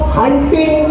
hunting